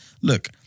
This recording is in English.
Look